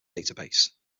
database